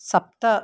सप्त